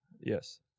Yes